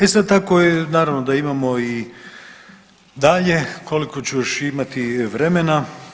E sad naravno da imamo i dalje, koliko ću još imati vremena.